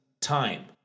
time